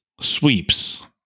sweeps